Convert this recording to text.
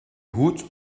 hoed